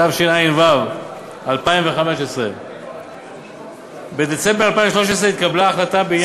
התשע"ו 2015. בדצמבר 2013 התקבלה החלטה בעניין הפרטת,